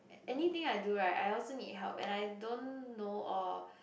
anything I do right I also need help and I don't know or